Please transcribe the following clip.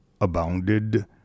abounded